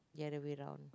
the other way round